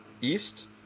East